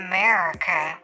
America